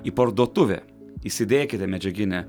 į parduotuvę įsidėkite medžiaginį